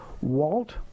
Walt